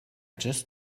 just